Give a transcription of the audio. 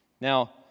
Now